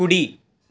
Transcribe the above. కుడి